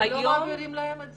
אתם לא מעבירים להם?